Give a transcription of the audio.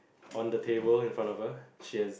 on the table in front of her she has